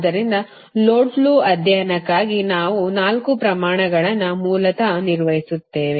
ಆದ್ದರಿಂದ load flow ಅಧ್ಯಯನಕ್ಕಾಗಿ ನಾವು 4 ಪ್ರಮಾಣಗಳನ್ನು ಮೂಲತಃ ನಿರ್ವಹಿಸುತ್ತೇವೆ